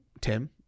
tim